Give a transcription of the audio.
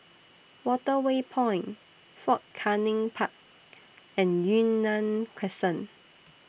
Waterway Point Fort Canning Park and Yunnan Crescent